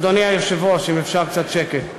אדוני היושב-ראש, אם אפשר קצת שקט.